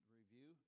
review